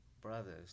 brothers